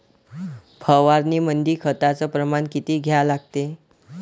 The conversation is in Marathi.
फवारनीमंदी खताचं प्रमान किती घ्या लागते?